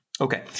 Okay